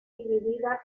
dividida